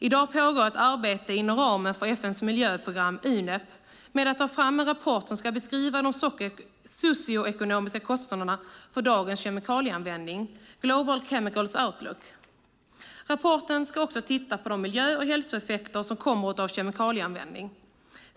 I dag pågår ett arbete inom ramen för FN:s miljöprogram UNEP med att ta fram en rapport som ska beskriva de socioekonomiska kostnaderna för dagens kemikalieanvändning, Global Chemicals Outlook. Rapporten ska också titta på de miljö och hälsoeffekter som kommer av kemikalieanvändning.